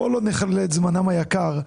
בואו לא נכלה את זמנם היקר.